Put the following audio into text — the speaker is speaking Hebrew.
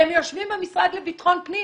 הם יושבים במשרד לביטחון פנים.